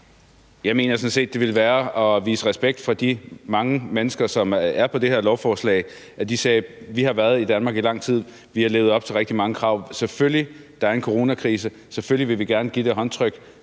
sådan set, at det ville være at vise respekt, hvis de mange mennesker, som er på det her lovforslag, sagde: Vi har været i Danmark i lang tid, vi har levet op til rigtig mange krav, der er en coronakrise, selvfølgelig vil vi gerne give det håndtryk.